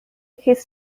his